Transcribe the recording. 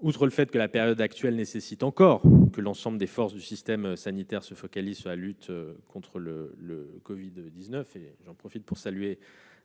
Outre le fait que la période actuelle nécessite que l'ensemble des forces du système sanitaire se focalisent sur la lutte contre le Covid-19- j'en profite pour saluer,